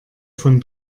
von